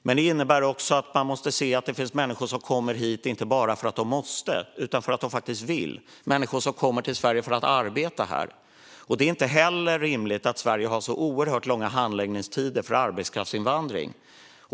Detta innebär också att man måste se att det finns människor som kommer hit inte bara för att de måste utan för att de faktiskt vill - människor som kommer till Sverige för att arbeta här. Det är inte rimligt att Sverige har så oerhört långa handläggningstider för arbetskraftsinvandring.